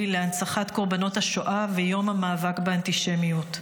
להנצחת קורבנות השואה ויום המאבק באנטישמיות.